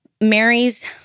Mary's